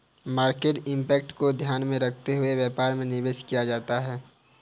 market impact को ध्यान में रखते हुए व्यापार में निवेश किया जाता है